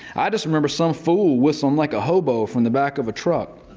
i just remember some fool whistling like a hobo from the back of a truck.